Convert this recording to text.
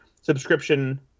subscription